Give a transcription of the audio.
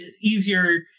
easier